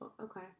Okay